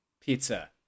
Pizza